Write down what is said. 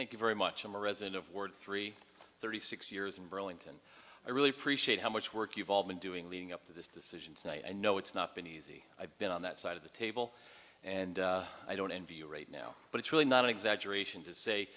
thank you very much i'm a resident of ward three thirty six years in burlington i really appreciate how much work you've all been doing leading up to this decision tonight i know it's not been easy i've been on that side of the table and i don't envy you right now but it's really not an exaggeration to say